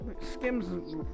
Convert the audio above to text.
Skims